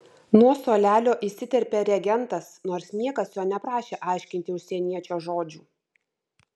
nuo suolelio įsiterpė regentas nors niekas jo neprašė aiškinti užsieniečio žodžių